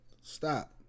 Stop